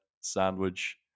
sandwich